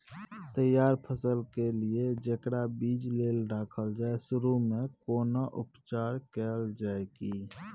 तैयार फसल के लिए जेकरा बीज लेल रखल जाय सुरू मे भी कोनो उपचार कैल जाय की?